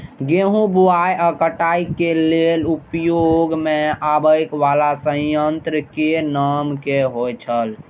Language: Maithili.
गेहूं बुआई आ काटय केय लेल उपयोग में आबेय वाला संयंत्र के नाम की होय छल?